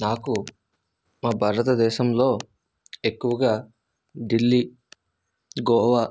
నాకు మా భారతదేశంలో ఎక్కువగా ఢిల్లీ గోవా